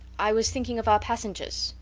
i was thinking of our passengers,